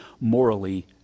morally